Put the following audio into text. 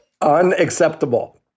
unacceptable